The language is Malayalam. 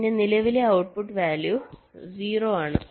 എന്റെ നിലവിലെ ഔട്ട്പുട്ട് വാല്യൂ 0 ആണ്